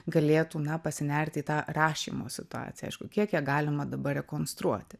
galėtų na pasinerti į tą rašymo situaciją aišku kiek ją galima dabar rekonstruoti